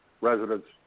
residents